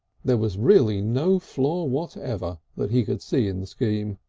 there was really no flaw whatever that he could see in the scheme.